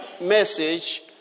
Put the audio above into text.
message